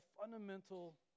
fundamental